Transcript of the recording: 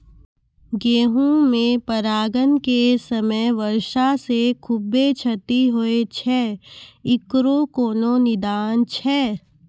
गेहूँ मे परागण के समय वर्षा से खुबे क्षति होय छैय इकरो कोनो निदान छै?